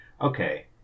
okay